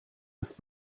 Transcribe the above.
ist